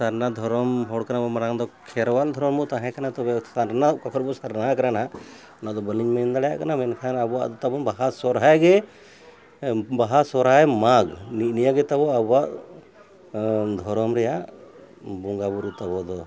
ᱥᱟᱨᱱᱟ ᱫᱷᱚᱨᱚᱢ ᱦᱚᱲ ᱠᱟᱱᱟ ᱢᱟᱨᱟᱝ ᱫᱚ ᱠᱷᱮᱨᱣᱟᱞ ᱫᱷᱚᱨᱚᱢ ᱵᱚ ᱛᱟᱦᱮᱸ ᱠᱟᱱᱟ ᱛᱚᱵᱮ ᱥᱟᱨᱱᱟ ᱦᱟᱜ ᱠᱟᱱᱟ ᱚᱱᱟ ᱫᱚ ᱵᱟ ᱞᱤᱧ ᱢᱮᱱ ᱫᱟᱲᱮᱭᱟᱜ ᱠᱟᱱᱟ ᱢᱮᱱᱠᱷᱟᱱ ᱟᱵᱚᱣᱟᱜ ᱫᱚ ᱛᱟᱵᱚᱱ ᱵᱟᱦᱟ ᱥᱚᱨᱦᱟᱭ ᱜᱮ ᱵᱟᱦᱟ ᱥᱚᱨᱦᱟᱭ ᱢᱟᱜᱽ ᱱᱤᱛ ᱱᱤᱭᱟᱹᱜᱮ ᱛᱟᱵᱚ ᱟᱵᱚᱣᱟᱜ ᱫᱷᱚᱨᱚᱢ ᱨᱮᱭᱟᱜ ᱵᱚᱸᱜᱟ ᱵᱳᱨᱳ ᱛᱟᱵᱚ ᱫᱚ